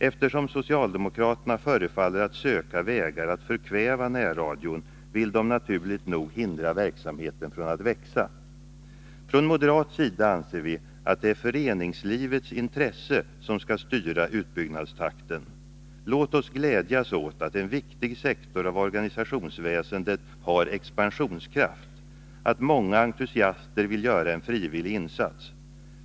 Eftersom socialdemokraterna förefaller att söka vägar att förkväva närradion, vill de naturligt nog hindra verksamheten från att växa. Från moderat sida anser vi att det är föreningslivets intresse som skall styra utbyggnadstakten. Låt oss glädjas åt att en viktig sektor av organisationsväsendet har expansionskraft — att många entusiaster vill göra en frivillig insats.